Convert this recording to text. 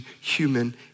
human